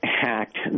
hacked